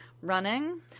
running